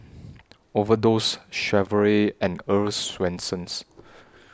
Overdose Chevrolet and Earl's Swensens